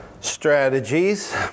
Strategies